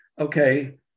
okay